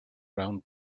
round